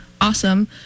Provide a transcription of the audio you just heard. awesome